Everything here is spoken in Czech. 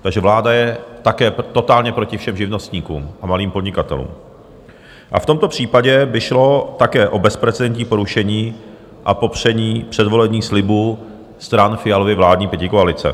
Takže vláda je také totálně proti všem živnostníkům a malým podnikatelům a v tomto případě by šlo také o bezprecedentní porušení a popření předvolebních slibů stran Fialovy vládní pětikoalice.